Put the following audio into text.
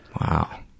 wow